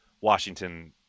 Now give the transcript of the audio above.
Washington